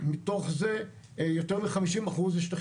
מתוך זה יותר מחמישים אחוז אלו שטחים